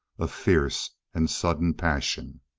a fierce and sudden passion.